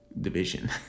division